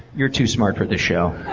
you're too smart for this show.